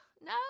No